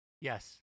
yes